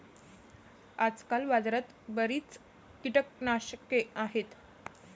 आजकाल बाजारात बरीच कीटकनाशके आहेत